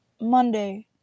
Monday